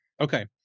Okay